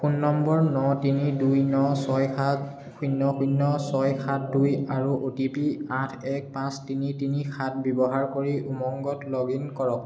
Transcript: phone number ন তিনি দুই ন ছয় সাত শূন্য শূন্য ছয় সাত দুই আৰু অ' টি পি আঠ এক পাঁচ তিনি তিনি সাত ব্যৱহাৰ কৰি উমংগত লগ ইন কৰক